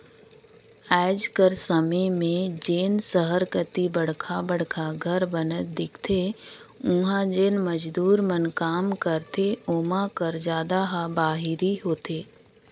आएज कर समे में जेन सहर कती बड़खा बड़खा घर बनत दिखथें उहां जेन मजदूर मन काम करथे ओमा कर जादा ह बाहिरी होथे